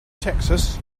texas